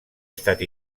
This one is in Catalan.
estat